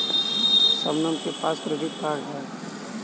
शबनम के पास credit card है